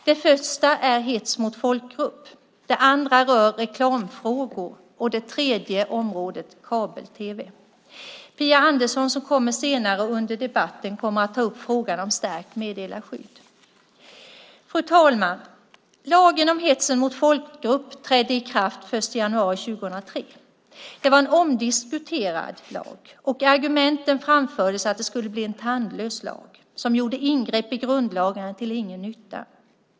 Det första är hets mot folkgrupp, det andra reklamfrågor och det tredje kabel-tv. Phia Andersson kommer senare under debatten att ta upp frågan om stärkt meddelarskydd. Fru talman! Lagen om hets mot folkgrupp trädde i kraft den 1 januari 2003. Det var en omdiskuterad lag, och argumentet framfördes att det skulle bli en tandlös lag som gjorde ingrepp i grundlagarna till ingen nytta.